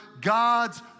God's